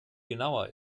genauer